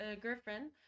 girlfriend